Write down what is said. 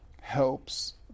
helps